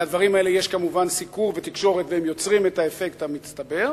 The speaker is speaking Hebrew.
לדברים האלה יש כמובן סיקור ותקשורת והם יוצרים את האפקט המצטבר.